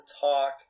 talk